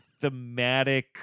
thematic